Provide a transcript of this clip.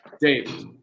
Dave